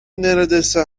neredeyse